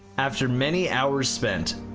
after many hours spent,